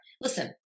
Listen